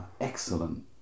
excellent